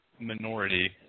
minority